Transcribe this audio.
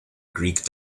greek